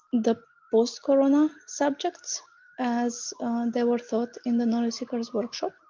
the post-corona subjects as they were taught in the knowledge seekers workshop.